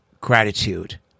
gratitude